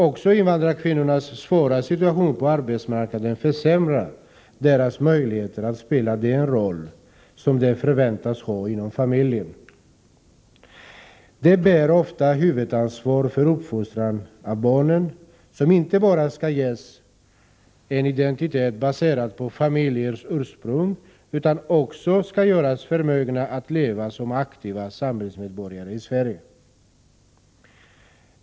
Också invandrarkvinnornas svåra situation på arbetsmarknaden försämrar deras möjligheter att spela den roll som de förväntas ha inom familjen. De bär ofta huvudansvaret för uppfostran av barnen, som inte bara skall ges identitet baserad på familjens ursprung utan också göras förmögna att leva som aktiva samhällsmedborgare i Sverige.